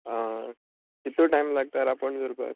आं कितू टायम लागता रांपोण धोरपाक